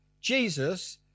Jesus